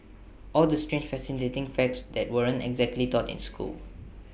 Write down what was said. all the strange fascinating facts that weren't exactly taught in school